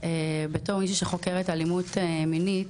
בתור מישהי שחוקרת אלימות מינית,